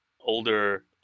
older